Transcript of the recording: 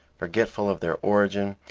forgetful of their origin,